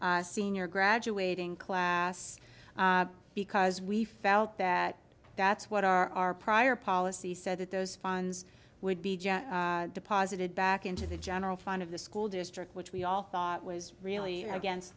the senior graduating class because we felt that that's what our our prior policy said that those funds would be deposited back into the general fund of the school district which we all thought was really against